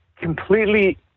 completely